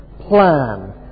plan